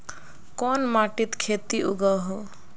कोन माटित खेती उगोहो?